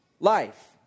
life